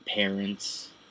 Parents